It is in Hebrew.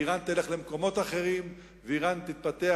אירן תלך למקומות אחרים ואירן תתפתח